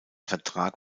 vertrag